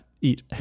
eat